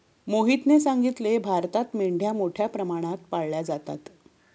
मोहितने सांगितले, भारतात मेंढ्या मोठ्या प्रमाणात पाळल्या जातात